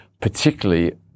particularly